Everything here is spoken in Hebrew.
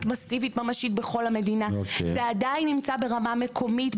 מסיבית ממשית בכל המדינה ועדיין זה נמצא ברמה מקומית,